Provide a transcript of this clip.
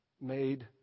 made